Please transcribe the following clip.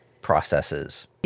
processes